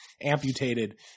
amputated